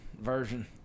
version